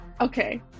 Okay